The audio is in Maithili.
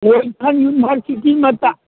गोलखण्ड इन्भरसिटीमे तऽ